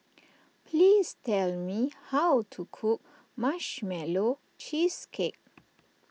please tell me how to cook Marshmallow Cheesecake